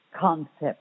concept